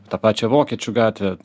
tą pačią vokiečių gatvę